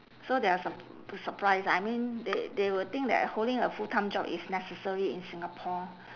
so they are sur~ surprised ah I mean they they will think that holding a full time job is necessary in singapore